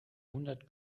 hundert